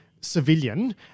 civilian